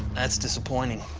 that's disappointing.